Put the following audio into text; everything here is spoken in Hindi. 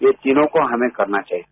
ये तीनों को हमें करना चाहिए